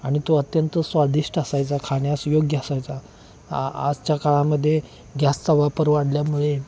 आणि तो अत्यंत स्वादिष्ट असायचा खाण्यास योग्य असायचा आ आजच्या काळामध्ये गॅसचा वापर वाढल्यामुळे